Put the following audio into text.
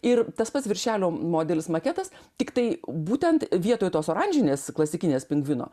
ir tas pats viršelio modelis maketas tiktai būtent vietoj tos oranžinės klasikinės pingvino